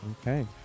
Okay